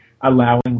allowing